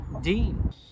Dean